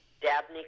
Dabney